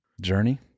journey